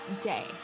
day